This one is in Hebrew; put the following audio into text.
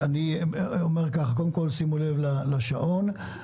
שימו לב לשעון.